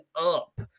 up